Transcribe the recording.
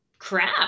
crap